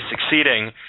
succeeding